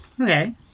okay